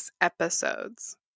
episodes